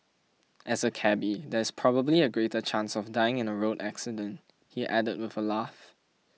as a cabby there is probably a greater chance of dying in a road accident he added with a laugh